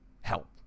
help